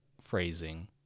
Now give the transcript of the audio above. phrasing